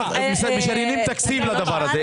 משריינים תקציב לדבר הזה,